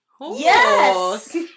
yes